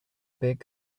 big